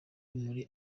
muri